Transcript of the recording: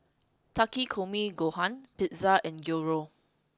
Takikomi Gohan Pizza and Gyros